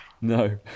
no